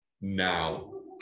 now